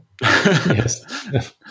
Yes